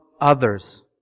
others